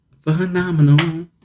Phenomenal